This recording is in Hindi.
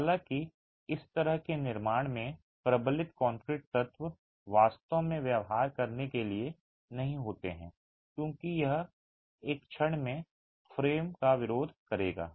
हालांकि इस तरह के एक निर्माण में प्रबलित कंक्रीट तत्व वास्तव में व्यवहार करने के लिए नहीं होते हैं क्योंकि यह एक क्षण में फ्रेम का विरोध करेगा